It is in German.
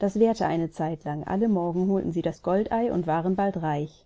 das währte eine zeitlang alle morgen holten sie das goldei und waren bald reich